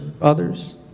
others